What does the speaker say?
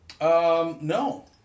No